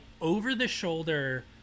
over-the-shoulder